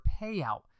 payout